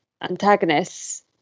antagonists